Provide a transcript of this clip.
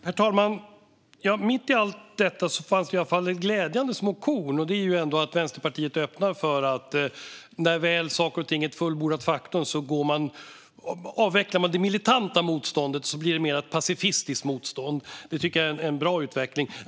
Herr talman! Mitt i allt detta fanns det i alla fall glädjande små korn. Vänsterpartiet öppnar för att när saker och ting väl är fullbordade faktum avveckla det militanta motståndet, som då blir mer av ett pacifistiskt motstånd. Det tycker jag är en bra utveckling.